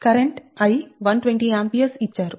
current I 120A ఇచ్చారు